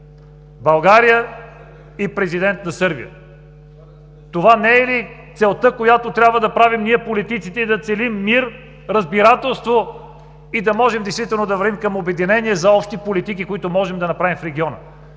България и президент на Сърбия! Това не е ли целта, която трябва да правим ние политиците и да целим мир, разбирателство и да можем действително да вървим към обединение за общи политики, които можем да направим в региона?